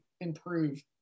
improve